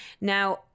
Now